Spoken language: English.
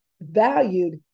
valued